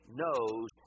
knows